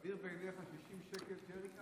סביר בעיניך, 60 שקל לג'ריקן?